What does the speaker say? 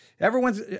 everyone's